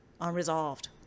unresolved